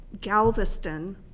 Galveston